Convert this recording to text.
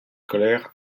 scolaire